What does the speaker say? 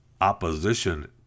opposition